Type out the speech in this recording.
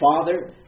Father